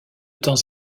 temps